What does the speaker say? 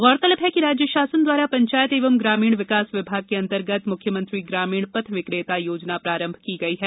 गौरतलब है कि राज्य शासन द्वारा पंचायत एवं ग्रामीण विकास विभाग के अन्तर्गत मुख्यमंत्री ग्रामीण पथ विक्रेता योजना प्रारंभ की गई है